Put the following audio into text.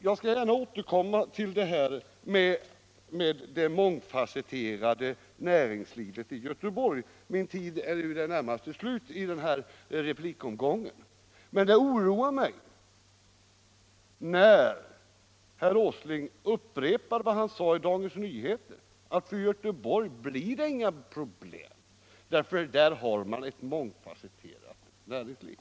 Jag skall gärna återkomma till detta med det mångfasetterade näringslivet i Göteborg, min tid är i det närmaste slut i den här replikomgången. Jag 13 oroar mig när herr Åsling upprepar vad han sade i Dagens Nyheter — att det inte blir några problem för Göteborg därför att man där har ett mångfasetterat näringsliv.